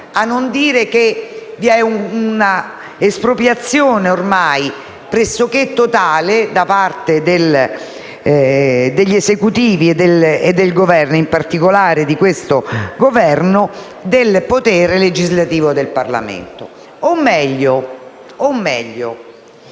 non dire che vi è una espropriazione, ormai pressoché totale, da parte degli Esecutivi, e in particolare di questo Governo, del potere legislativo del Parlamento. Abbiamo